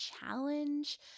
challenge